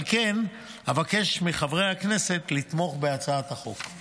על כן, אבקש מחברי הכנסת לתמוך בהצעת החוק.